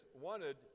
wanted